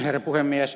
herra puhemies